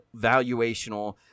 valuational